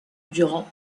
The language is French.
durant